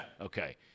Okay